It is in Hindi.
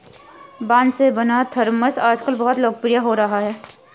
बाँस से बना थरमस आजकल बहुत लोकप्रिय हो रहा है